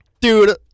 Dude